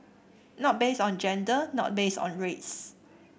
not based on gender not based on race